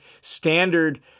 standard